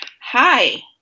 Hi